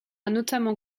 notamment